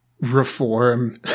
reform